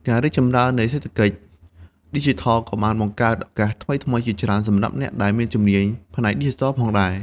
ការរីកចម្រើននៃសេដ្ឋកិច្ចឌីជីថលក៏បានបង្កើតឱកាសថ្មីៗជាច្រើនសម្រាប់អ្នកដែលមានជំនាញផ្នែកឌីជីថលផងដែរ។